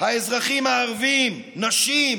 האזרחים הערבים, נשים,